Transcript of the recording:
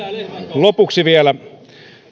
lopuksi vielä